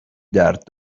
درد